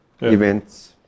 events